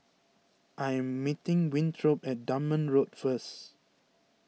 I am meeting Winthrop at Dunman Road first